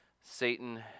Satan